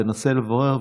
תנסה לברר,